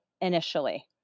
initially